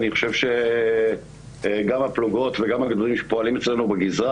אני חושב שגם הפלוגות וגם הגדודים שפועלים אצלנו בגזרה,